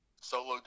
solo